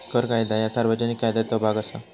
कर कायदा ह्या सार्वजनिक कायद्याचो भाग असा